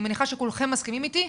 אני מניחה שכולכם מסכימים איתי.